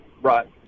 right